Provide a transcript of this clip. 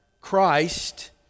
Christ